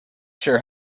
sure